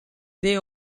they